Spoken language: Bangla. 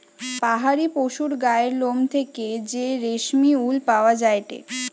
পাহাড়ি পশুর গায়ের লোম থেকে যে রেশমি উল পাওয়া যায়টে